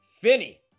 Finney